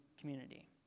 community